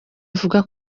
avuga